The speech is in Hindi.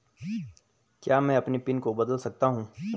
क्या मैं अपने पिन को बदल सकता हूँ?